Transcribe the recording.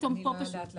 אני לא יודעת להגיד,